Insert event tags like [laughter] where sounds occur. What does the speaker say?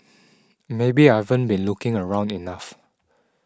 maybe I [unintelligible] been looking around enough